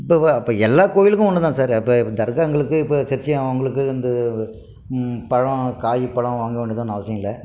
இப்போ எல்லா கோவிலுக்கும் ஒன்று தான் சார் இப்போ தர்காங்களுக்கு இப்போ சர்ச் அவங்களுக்கு இந்த பழம் காய் பழம் வாங்க வேண்டியது அவசியம் இல்லை